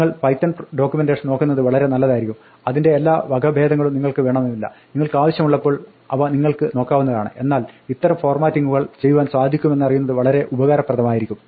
നിങ്ങൾ Python documentation നോക്കുന്നത് വളരെ നല്ലതായിരിക്കും അതിന്റെ എല്ലാ വകഭേദങ്ങളും നിങ്ങൾക്ക് വേണമെന്നില്ല നിങ്ങൾക്കാവശ്യമുള്ളപ്പോൾ അവ നിങ്ങൾക്ക് നോക്കാവുന്നതാണ് എന്നാൽ ഇത്തരം ഫോർമാറ്റിങ്ങുകൾ ചെയ്യുവാൻ സാധിക്കുമെന്നറിയുന്നത് വളരെ ഉപകാരപ്രദമായിരിക്കും